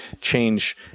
change